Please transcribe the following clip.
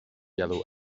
yellow